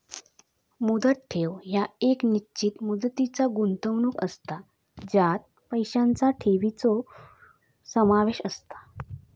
मुदत ठेव ह्या एक निश्चित मुदतीचा गुंतवणूक असता ज्यात पैशांचा ठेवीचो समावेश असता